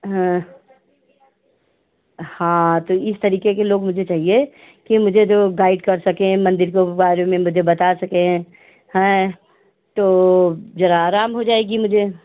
हाँ हाँ तो इस तरीक़े के लोग मुझे चाहिए कि मुझे जो गाइड कर सकें मन्दिर को बारे में मुझे बता सकें हएं तो ज़रा आराम हो जाएगी मुझे